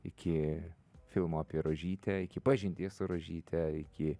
iki filmo apie rožytę iki pažinties su rožyte iki